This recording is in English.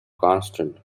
constant